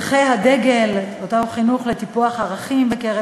"פרחי הדגל" חינוך לטיפוח ערכים בקרב